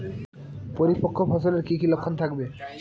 পরিপক্ক ফসলের কি কি লক্ষণ থাকবে?